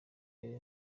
yari